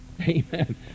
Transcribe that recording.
Amen